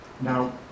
Now